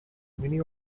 many